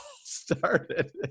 started